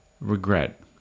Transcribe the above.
regret